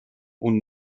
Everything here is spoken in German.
und